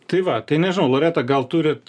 tai va tai nežinau loreta gal turit